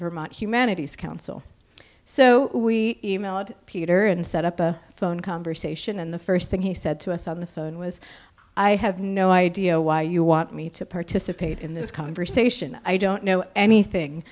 vermont humanities council so we emailed peter and set up a phone conversation and the first thing he said to us on the phone was i have no idea why you want me to participate in this conversation i don't know anything